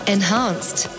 Enhanced